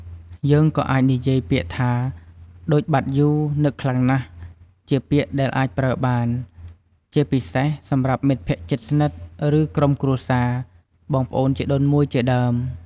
យើងក៏អាចនិយាយពាក្យថា ដូចបាត់យូរ នឹកខ្លាំងណាស់ ជាពាក្យដែលអាចប្រើបាន ជាពិសេសសម្រាប់មិត្តភក្តិជិតស្និទ្ធ ឬក្រុមគ្រួសារ បងប្អូនជីដូនមួយជាដើម។